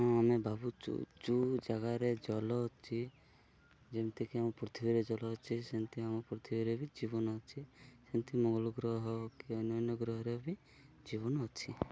ହଁ ଆମେ ଭାବୁଛୁ ଯେଉଁ ଜାଗାରେ ଜଳ ଅଛି ଯେମିତିକି ଆମ ପୃଥିବୀରେ ଜଳ ଅଛି ସେମିତି ଆମ ପୃଥିବୀରେ ବି ଜୀବନ ଅଛି ସେମିତି ମଙ୍ଗଳ ଗ୍ରହ କି ଅନ୍ୟ ଅନ୍ୟ ଗ୍ରହରେ ବି ଜୀବନ ଅଛି